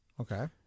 Okay